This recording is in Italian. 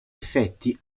effetti